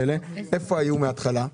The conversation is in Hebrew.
איפה היו בהתחלה?